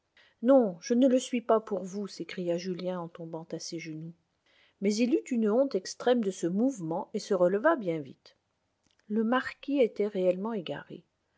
non je ne le suis pas pour vous s'écria julien en tombant à ses genoux mais il eut une honte extrême de ce mouvement et se releva bien vite le marquis était réellement égaré